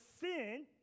sin